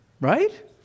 Right